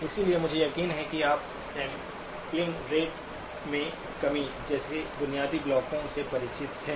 इसलिए मुझे यकीन है कि आप सैंपलिंग रेट में कमी जैसे बुनियादी ब्लॉकों से परिचित हैं